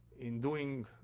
in doing,